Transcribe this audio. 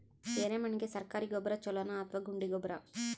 ಎರೆಮಣ್ ಗೆ ಸರ್ಕಾರಿ ಗೊಬ್ಬರ ಛೂಲೊ ನಾ ಅಥವಾ ಗುಂಡಿ ಗೊಬ್ಬರ?